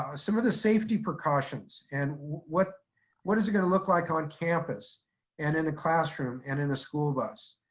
some of the safety precautions, and what what is it gonna look like on campus and in a classroom, and in a school bus?